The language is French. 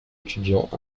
étudiant